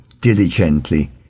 diligently